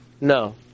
No